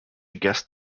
guest